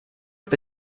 это